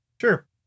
Sure